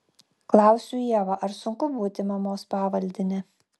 klausiu ievą ar sunku būti mamos pavaldine